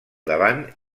davant